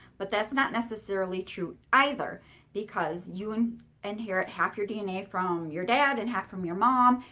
but that's not necessarily true either because you and inherit half your dna from your dad and half from your mom.